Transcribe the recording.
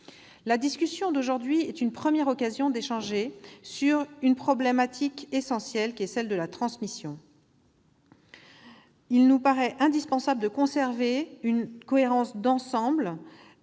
La discussion d'aujourd'hui est une première occasion d'échanger sur cette problématique essentielle de la transmission. Il nous paraît néanmoins indispensable de conserver une cohérence d'ensemble